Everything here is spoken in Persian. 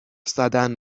زدن